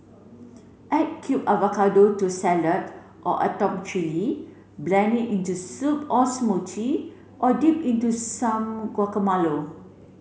add cubed avocado to salad or atop chilli blend it into soup or smoothy or dip into some guacamole